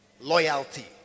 Loyalty